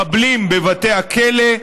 מחבלים בבתי הכלא,